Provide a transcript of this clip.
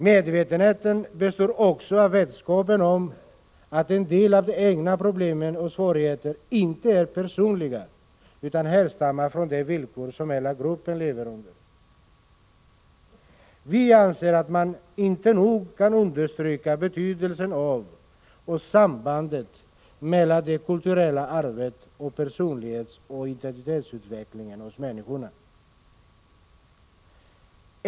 Medvetenheten består också av vetskapen om att en del av de egna problemen och svårigheterna inte är personliga utan härstammar från de villkor som hela gruppen lever under. Vi anser att man inte nog kan understryka betydelsen av och sambandet mellan det kulturella arvet och personlighetsoch identitetsutvecklingen hos människorna.